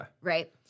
right